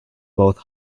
both